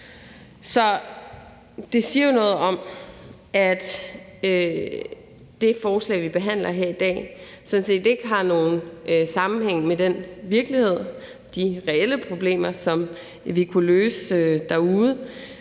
Det siger jo noget om, at det forslag, vi behandler her i dag, sådan set ikke har nogen sammenhæng med virkeligheden og med de reelle problemer, som vi kunne løse derude.